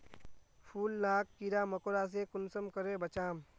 फूल लाक कीड़ा मकोड़ा से कुंसम करे बचाम?